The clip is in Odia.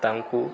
ତାଙ୍କୁ